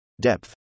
depth